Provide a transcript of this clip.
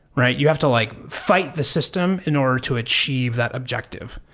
right? you have to like fight the system in order to achieve that objective.